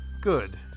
good